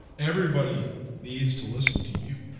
everybody needs to listen to you